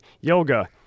yoga